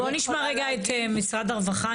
בוא נשמע רגע את משרד הרווחה.